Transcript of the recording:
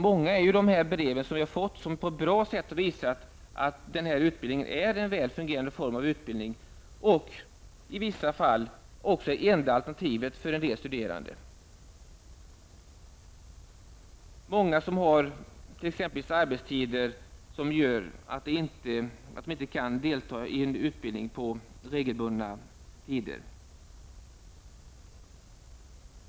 Många av de brev som jag har fått har på ett bra sätt visat att den här utbildningen är väl fungerande för en del och i vissa fall också det enda alternativet, exempelvis för sådana som har arbetstider som gör att de inte kan delta i en utbildning på regelbundna tider.